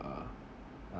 uh uh